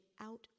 out